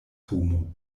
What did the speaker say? homo